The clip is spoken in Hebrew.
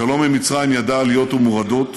השלום עם מצרים ידע עליות ומורדות,